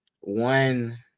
one